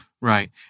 Right